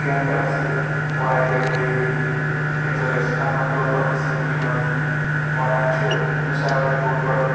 کیٚنٛہہ پرٮ۪ژھہٕ واریاہ فیورِٹ یِم زن أسۍ عام طور پننہِ زِنٛدگی منٛز ونان چھ مِثال کے طور پر